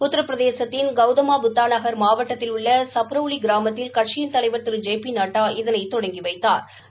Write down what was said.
உத்திரபிரதேசத்தின் கௌதமா புத்தாநகா் மாவட்டத்தில் உள்ள சப்ரௌலி கிராமத்தில் கட்சியின் தலைவா் திரு ஜெ பி நட்டா இதனை தொடங்கி வைத்தாா்